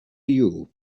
you